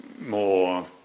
more